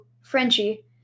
Frenchie